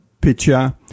picture